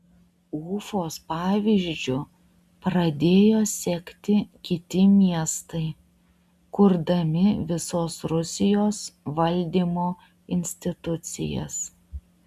ufos pavyzdžiu pradėjo sekti kiti miestai kurdami visos rusijos valdymo institucijas